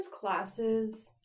classes